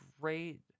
great